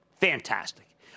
Fantastic